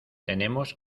tenemos